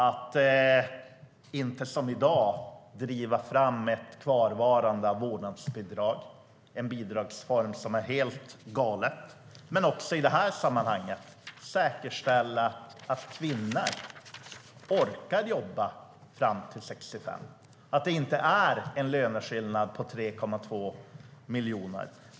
Det är inte, som i dag, att driva fram ett kvarhållande av vårdnadsbidraget - en bidragsform som är helt galen. Det handlar om att säkerställa att kvinnor orkar jobba fram till 65 och att det inte finns en löneskillnad på 3,2 miljoner.